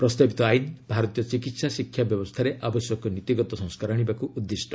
ପ୍ରସ୍ତାବିତ ଆଇନ ଭାରତୀୟ ଚିକିତ୍ସା ଶିକ୍ଷା ବ୍ୟବସ୍ଥାରେ ଆବଶ୍ୟକ ନୀତିଗତ ସଂସ୍କାର ଆଶିବାକୃ ଉଦ୍ଦିଷ୍ଟ